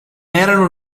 erano